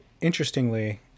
interestingly